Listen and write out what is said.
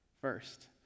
first